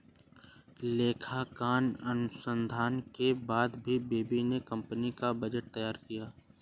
लेखांकन अनुसंधान के बाद ही बॉबी ने कंपनी का बजट तैयार किया